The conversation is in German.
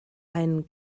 einen